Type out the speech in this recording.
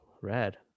rad